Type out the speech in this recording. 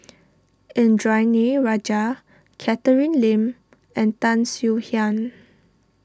Indranee Rajah Catherine Lim and Tan Swie Hian